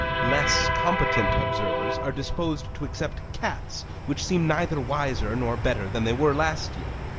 less competent observers are disposed to except cats, which seem neither wiser nor better than they were last year.